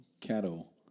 cattle